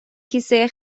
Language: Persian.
کیسه